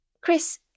Chris